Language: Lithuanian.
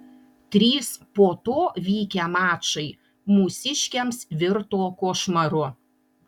trys po to vykę mačai mūsiškiams virto košmaru